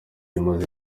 imaze